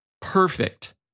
perfect